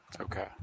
Okay